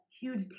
huge